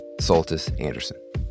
Soltis-Anderson